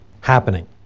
happening